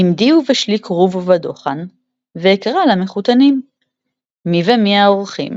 “עמדי ובשלי כרוב ודחן ואקרא למחתנים.” (מי ומי האורחים?